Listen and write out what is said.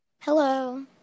Hello